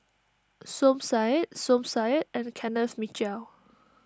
Som Said Som Said and Kenneth Mitchell